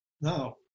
Now